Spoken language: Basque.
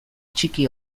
txiki